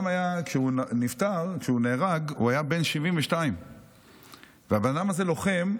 כשהוא נהרג הוא היה בן 72. הבן אדם הזה לוחם,